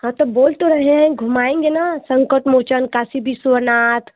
हाँ तो बोल तो रहे हैं घुमाएँगे ना संकट मोचन काशी विश्वनाथ